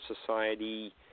Society